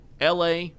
la